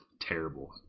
terrible